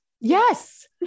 Yes